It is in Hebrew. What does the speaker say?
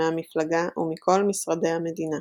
מהמפלגה ומכל משרדי המדינה.